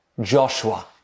Joshua